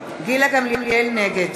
גמליאל, נגד